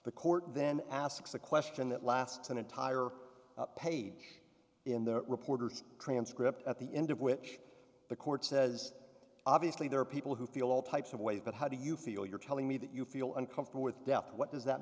the court then asks a question that lasts an entire page in the reporter's transcript at the end of which the court says obviously there are people who feel all types of ways but how do you feel you're telling me that you feel uncomfortable with death what does that